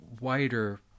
wider